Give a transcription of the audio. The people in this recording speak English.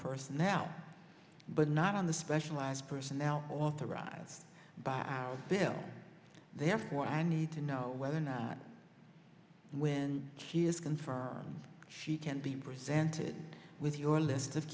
personnel but not on the specialized personnel authorized by bill therefore i need to know whether or not when he is confirmed she can be presented with your list